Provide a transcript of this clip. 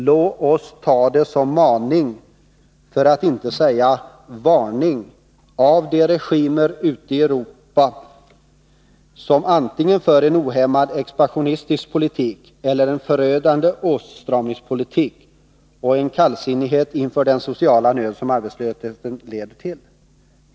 Låt oss ta maning, för att inte säga varning, av de regimer ute i Europa som antingen för en ohämmad expansionistisk politik eller en förödande åtstramningspolitik och visar kallsinnighet inför den sociala nöd som arbetslösheten leder till.